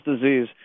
disease